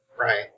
Right